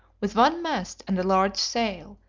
with one mast and a large sail,